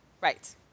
right